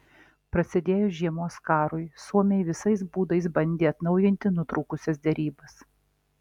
prasidėjus žiemos karui suomiai visais būdais bandė atnaujinti nutrūkusias derybas